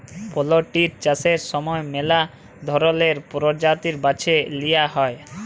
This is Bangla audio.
পলটিরি চাষের সময় ম্যালা ধরলের পরজাতি বাছে লিঁয়া হ্যয়